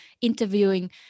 interviewing